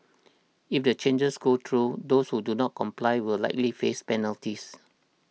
if the changes go through those who do not comply will likely face penalties